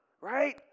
right